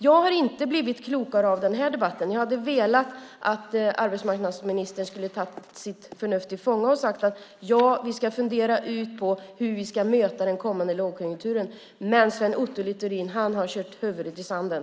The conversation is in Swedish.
Jag har inte blivit klokare av denna debatt. Jag ville att arbetsmarknadsministern skulle ta sitt förnuft till fånga och säga att man skulle fundera ut hur man ska möta den kommande lågkonjunkturen. Men Sven Otto Littorin har kört huvudet i sanden.